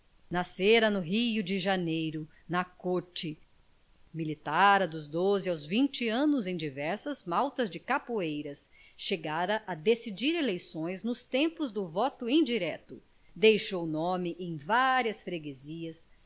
diabo nascera no rio de janeiro na corte militara dos doze aos vinte anos em diversas maltas de capoeiras chegara a decidir eleições nos tempos do voto indireto deixou nome em várias freguesias